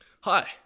Hi